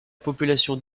population